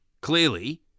clearly